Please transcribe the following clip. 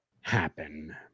happen